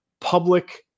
public